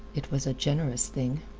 it was a generous thing.